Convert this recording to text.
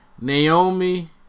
Naomi